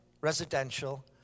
residential